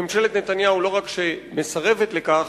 ממשלת נתניהו לא רק מסרבת לכך,